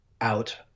out